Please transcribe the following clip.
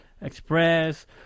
express